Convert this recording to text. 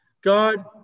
God